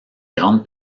grande